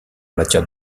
matière